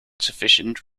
sufficient